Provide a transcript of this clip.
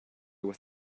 with